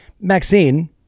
Maxine